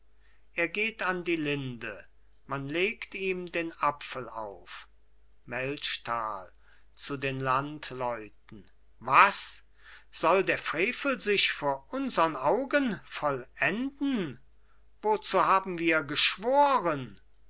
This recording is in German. er geht an die linde man legt ihm den apfel auf melchtal zu den landleuten was soll der frevel sich vor unsern augen vollenden wozu haben wir geschworen